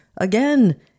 again